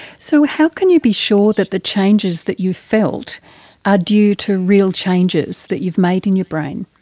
so how can you be sure that the changes that you felt are due to real changes that you've made in your brain?